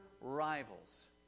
rivals